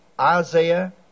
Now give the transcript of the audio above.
Isaiah